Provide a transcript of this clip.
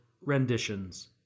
renditions